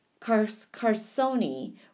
Carsoni